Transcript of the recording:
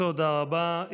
תודה רבה.